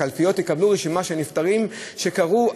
הקלפיות יקבלו רשימה של נפטרים עד